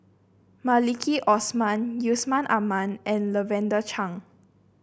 Maliki Osman Yusman Aman and Lavender Chang